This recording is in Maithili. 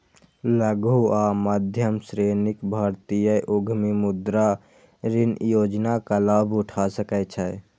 लघु आ मध्यम श्रेणीक भारतीय उद्यमी मुद्रा ऋण योजनाक लाभ उठा सकै छै